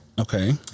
Okay